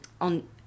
on